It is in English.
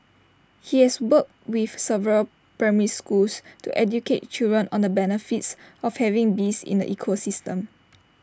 he has worked with several primary schools to educate children on the benefits of having bees in the ecosystem